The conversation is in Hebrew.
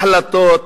החלטות,